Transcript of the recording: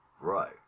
Right